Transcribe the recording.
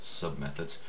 sub-methods